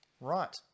Right